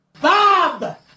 Bob